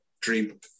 dream